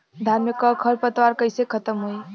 धान में क खर पतवार कईसे खत्म होई?